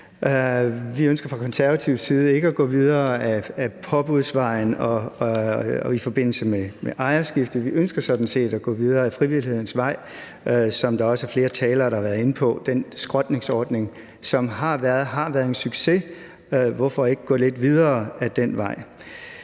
Vi ønsker fra konservativ side ikke at gå videre ad påbudsvejen i forbindelse med ejerskifte. Vi ønsker sådan set at gå videre ad frivillighedens vej, som også flere talere har været inde på. Den skrotningsordning, som har været en succes – hvorfor ikke gå lidt videre ad den vej?